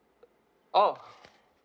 uh oh